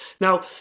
Now